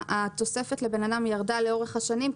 התוספת לאדם ירדה לאורך השנים,